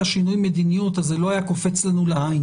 שינוי מדיניות אז זה לא היה קופץ לנו לעין